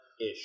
Ish